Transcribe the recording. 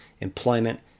employment